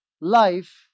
life